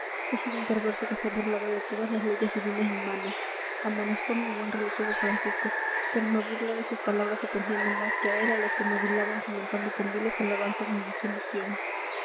he sido un perverso que se ha burlado de todas las leyes divinas y humanas amonestome un buen religioso francisco pero me burlé de sus palabras atendiendo más que a él a los que me adulaban fomentando con viles alabanzas mi disolución